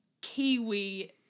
Kiwi